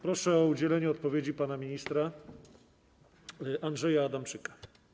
Proszę o udzielenie odpowiedzi pana ministra Andrzeja Adamczyka.